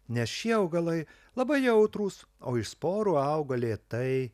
nes šie augalai labai jautrūs o iš sporų auga lėtai